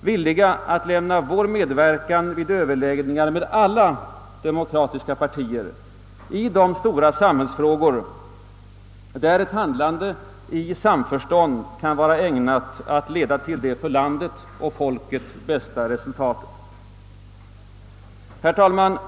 villiga att lämna vår medverkan vid överläggningar med alla demokratiska partier i de stora samhällsfrågor där ett handlande i samförstånd kan vara ägnat att leda till det för landet och folket bästa resultatet. Herr talman!